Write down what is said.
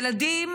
ילדים